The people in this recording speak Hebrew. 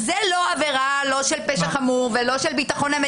זאת לא עבירה של פשע חמור,